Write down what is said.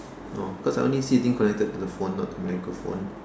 oh cause I only see the thing connected to the phone not to the microphone